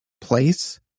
place